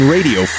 Radio